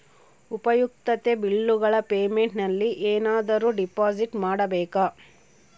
ಉಪಯುಕ್ತತೆ ಬಿಲ್ಲುಗಳ ಪೇಮೆಂಟ್ ನಲ್ಲಿ ಏನಾದರೂ ಡಿಪಾಸಿಟ್ ಮಾಡಬೇಕಾ?